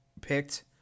picked